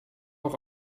auch